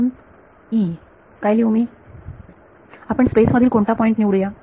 म्हणून E काय लिहू मी आपण स्पेस मधील कोणता पॉईंट निवडू या